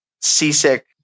seasick